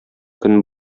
көн